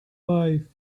five